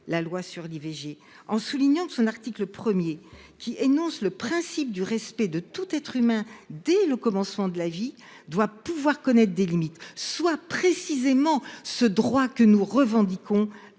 la loi sur l'IVG en soulignant que son article 1, qui énonce le principe du respect de tout être humain dès le commencement de la vie, doit pouvoir connaître des limites- soit, précisément, ce droit à l'IVG que nous revendiquons.